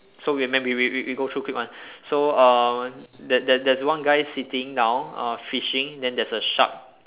so we we we we go through a quick one so uh there there there's one guy sitting down uh fishing then there's a shark